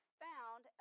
found